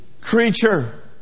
creature